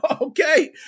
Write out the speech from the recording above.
Okay